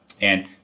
and-